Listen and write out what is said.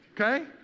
okay